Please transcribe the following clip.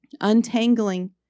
untangling